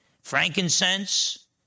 Frankincense